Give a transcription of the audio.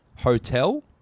hotel